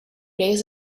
days